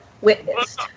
witnessed